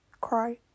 cry